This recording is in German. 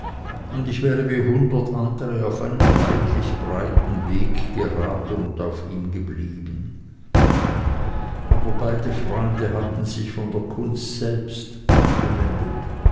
und ich wäre wie hundert andere auf einen leidlich breiten weg geraten und auf ihm geblieben aber beide freunde hatten sich von der kunst selbst abgewendet